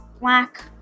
black